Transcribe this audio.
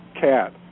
cat